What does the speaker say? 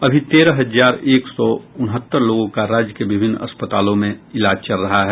अभी तेरह हजार एक सौ उनहत्तर लोगों का राज्य के विभिन्न अस्पतालों में इलाज चल रहा है